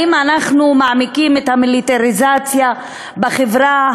האם אנחנו מעמיקים את המיליטריזציה בחברה?